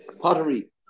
Pottery